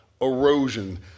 erosion